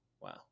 Wow